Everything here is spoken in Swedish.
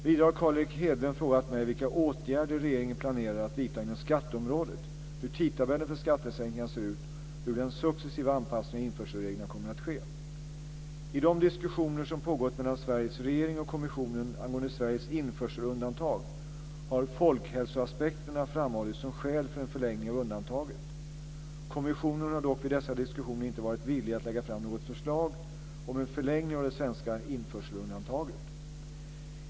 Vidare har Carl Erik Hedlund frågat mig vilka åtgärder regeringen planerar att vidta inom skatteområdet, hur tidtabellen för skattesänkningarna ser ut och hur den successiva anpassningen av införselreglerna kommer att ske. I de diskussioner som pågått mellan Sveriges regering och kommissionen angående Sveriges införselundantag har folkhälsoaspekterna framhållits som skäl för en förlängning av undantaget. Kommissionen har dock vid dessa diskussioner inte varit villig att lägga fram något förslag om en förlängning av det svenska införselundantaget.